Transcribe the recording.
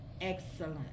excellent